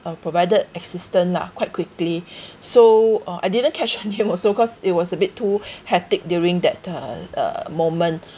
uh provided assistance lah quite quickly so uh I didn't catch her also cause it was a bit too hectic during that uh uh moment